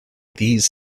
these